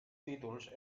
títols